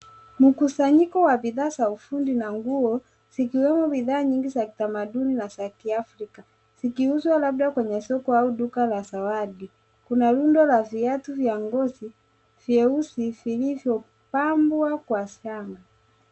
Mkusanyiko wa bidhaa za ufundi na nguo vikiwemo bidhaa nyingi za utamaduni na kiafrika zikiuzwa labda kwenye soko au duka la zawadi. Kuna rundo la viatu vya ngozi vyeusi vilivyopambwa kwa shanga.